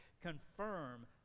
confirm